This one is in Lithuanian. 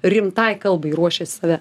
rimtai kalbai ruošęs save